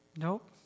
Nope